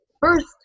first